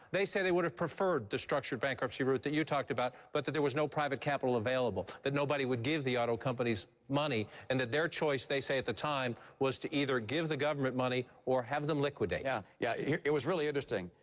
they say they would have preferred the structured bankruptcy route that you talked about, but that there was no private capital available. that nobody would give the auto companies money and that their choice they say at the time, was to either give the government money or have them liquidate. romney yeah yeah yeah, it was really interesting.